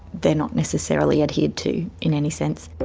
they're not necessarily adhered to in any sense.